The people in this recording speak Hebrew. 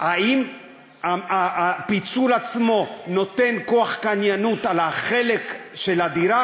האם הפיצול עצמו נותן כוח קניינות על החלק של הדירה,